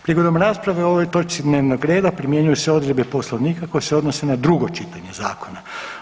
Prigodom rasprave o ovoj točki dnevnog reda primjenjuju se odredbe Poslovnika koje se odnose na drugo čitanje zakona.